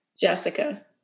Jessica